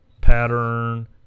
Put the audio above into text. Pattern